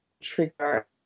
trigger